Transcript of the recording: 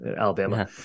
Alabama